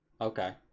okay